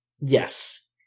Yes